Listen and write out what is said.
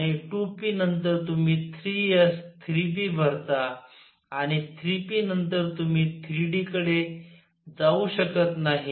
आणि 2 p नंतर तुम्ही 3 s 3 p भरता आणि 3 p नंतर तुम्ही 3 d कडे जाऊ शकत नाही